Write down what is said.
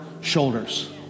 shoulders